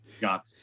got